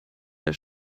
der